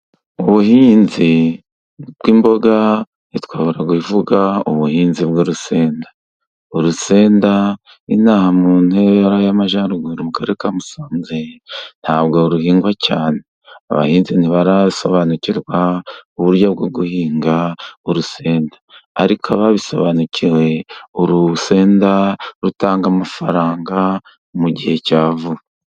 Ubuhinzi bw'imboga ntitwabura kuvuga ubuhinzi bw'urusenda. Urusenda ino aha mu ntara y'Amajyaruguru mu karere ka Musanze nta bwo ruhingwa cyane. Abahinzi ntibarasobanukirwa uburyo bwo guhinga urusenda. Ariko ababisobanukiwe, uru rusenda rutanga amafaranga mu gihe cya vuba.